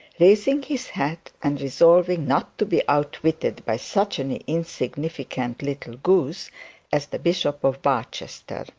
raising his hat, and resolving not to be outwitted by such an insignificant little goose as the bishop of barchester.